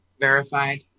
verified